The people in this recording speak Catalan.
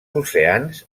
oceans